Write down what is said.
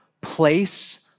Place